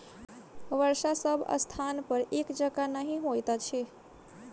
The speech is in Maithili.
वर्षा सभ स्थानपर एक जकाँ नहि होइत अछि